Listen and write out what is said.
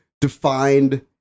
defined